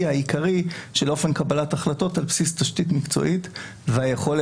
העיקרי של אופן קבלת החלטות על בסיס תשתית מקצועית והיכולת.